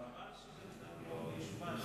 חבל שבן-אדם לא ישובץ.